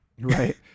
Right